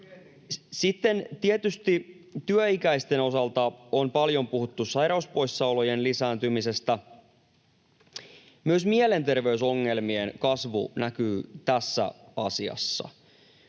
Sitten tietysti työikäisten osalta on paljon puhuttu sairauspoissaolojen lisääntymisestä. Myös mielenterveysongelmien kasvu näkyy tässä asiassa.